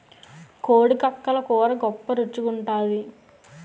కోడి కక్కలు కూర గొప్ప రుచి గుంటాది